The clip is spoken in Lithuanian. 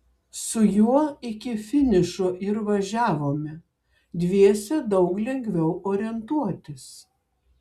su juo iki finišo ir važiavome dviese daug lengviau orientuotis